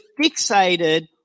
fixated